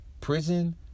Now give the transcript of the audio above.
Prison